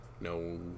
No